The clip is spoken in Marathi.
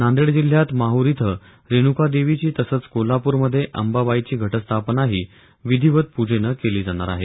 नांदेड जिल्ह्यात माहूर इथं रेणुकादेवीची तसंच कोल्हापूरमध्ये अंबाबाईची घटस्थापनाही विधीवत पुजेनं केली जाणार आहे